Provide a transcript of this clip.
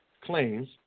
claims